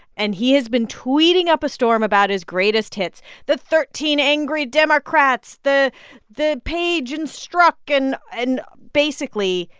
and he has been tweeting up a storm about his greatest hits the thirteen angry democrats, the the page and strzok and and basically,